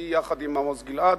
יחד עם עמוס גלעד,